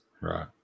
Right